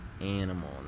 animal